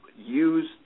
use